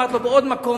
אמרתי לו: בעוד מקום.